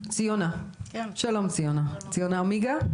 ציונה, שלום ציונה אמיגה.